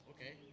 Okay